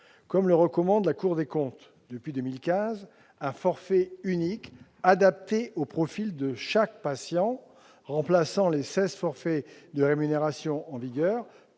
Comme le recommande la Cour des comptes depuis 2015, un forfait unique, adapté au profil de chaque patient remplaçant les seize forfaits de rémunération en vigueur,